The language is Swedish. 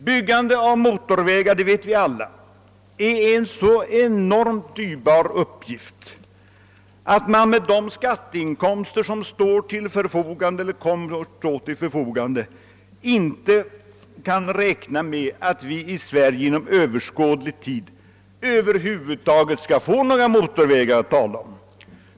Vi vet alla att byggandet av motorvägar är en så enormt dyrbar uppgift, att man med de skatteinkomster som står och kommer att stå till förfogande inte kan räkna med att vi i Sverige inom överskådlig tid över huvud taget skall få några motorvägar att tala om.